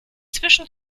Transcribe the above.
zwischen